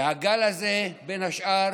והגל הזה בין השאר